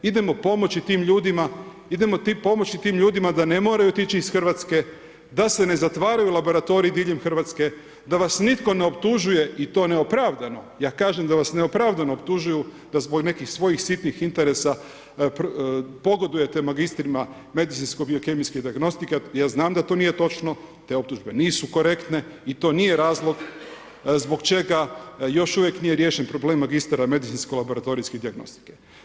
Idemo pomoći tim ljudima da ne moraju otići iz Hrvatske, da se ne zatvaraju laboratoriji diljem Hrvatske, da vas nitko ne optužuje i to neopravdano, ja kažem da vas neopravdano optužuju da zbog nekih svojih sitnih interesa pogodujete magistrima medicinsko-biokemijske dijagnostike, ja znam da to nije točno, te optužbe nisu korektne i to nije razlog zbog čega još uvijek nije riješen problem magistara medicinsko-laboratorijske dijagnostike.